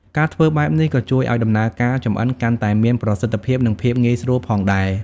ការធ្វើបែបនេះក៏ជួយឱ្យដំណើរការចម្អិនកាន់តែមាន ប្រសិទ្ធភាព និងភាពងាយស្រួលផងដែរ ។